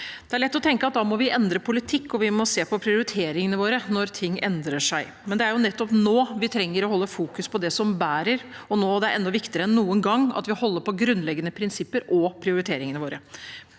Det er lett å tenke at vi må endre politikk og se på prioriteringene våre når ting endrer seg, men det er jo nettopp nå vi trenger å holde fokus på det som bærer, og det er viktigere enn noen gang at vi holder på våre grunnleggende prinsipper og prioriteringer.